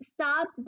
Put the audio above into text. Stop